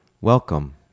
Welcome